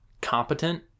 competent